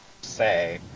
Say